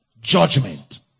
judgment